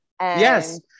Yes